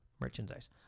merchandise